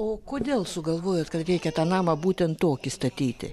o kodėl sugalvojot kad reikia tą namą būtent tokį statyti